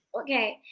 okay